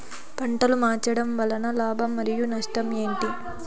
పంటలు మార్చడం వలన లాభం మరియు నష్టం ఏంటి